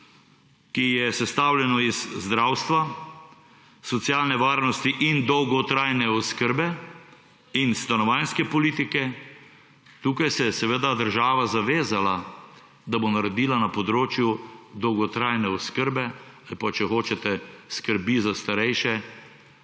ki je sestavljeno iz zdravstva, socialne varnosti in dolgotrajne oskrbe in stanovanjske politike. Tukaj se je država zavezala, da bo naredila na področju dolgotrajne oskrbe ali pa – če hočete – skrbi za starejše,